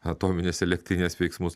atominės elektrinės veiksmus